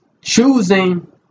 choosing